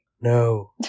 No